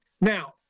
Now